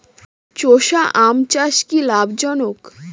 চোষা আম চাষ কি লাভজনক?